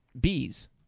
Bees